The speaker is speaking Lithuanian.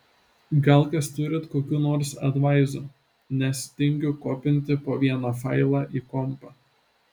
gal kas turit kokių nors advaizų nes tingiu kopinti po vieną failą į kompą